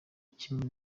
kimwe